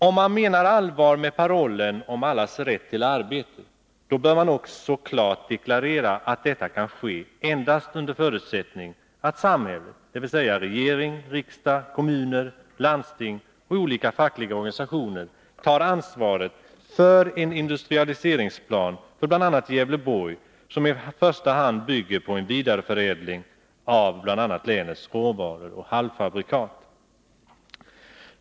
Om man menar allvar med parollen om allas rätt till arbete, då bör man också klart deklarera att detta kan åstadkommas endast under förutsättning att samhället, dvs. regering, riksdag, kommuner, landsting och olika fackliga organisationer, har ansvaret för en industrialiseringsplan för bl.a. Gävleborgs län som i första hand bygger på en vidareförädling av länets råvaror och halvfabrikat.